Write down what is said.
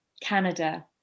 Canada